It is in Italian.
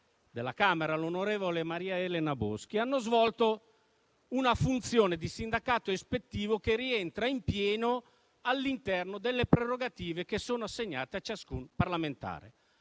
della Camera, l'onorevole Maria Elena Boschi, hanno svolto una funzione di sindacato ispettivo che rientra in pieno all'interno delle prerogative assegnate a ciascun parlamentare.